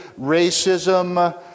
racism